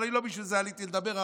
אבל לא בשביל זה עליתי לדבר.